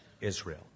Israel